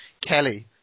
Kelly